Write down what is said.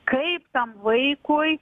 kaip tam vaikui